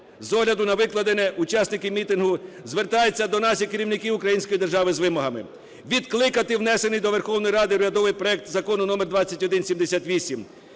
З огляду на викладене, учасники мітингу звертаються до наших керівників української держави з вимогами: відкликати внесений до Верховної Ради урядовий проект Закону номер 2178